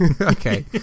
Okay